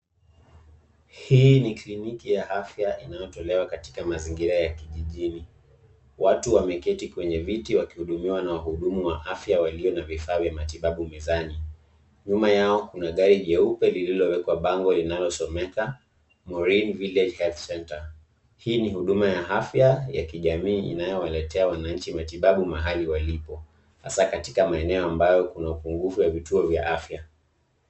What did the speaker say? Hii ni kliniki ya afya inayotolewa katika mazingira ya kijijini. Watu wameketi kwenye viti, wakihudumiwa na wahudumu wa afya walio na vifaa vya matibabu mezani. Nyuma yao kuna gari jeupe lililowekwa bango linalosomeka, Maureen Village Health Center. Hii ni huduma ya afya ya kijamii inayowaletea wananchi matibabu mahali walipo, hasa katika maeneo ambayo kuna upungufu wa vituo vya afya.